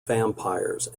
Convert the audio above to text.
vampires